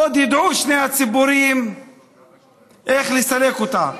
עוד ידעו שני הציבורים איך לסלק אותה.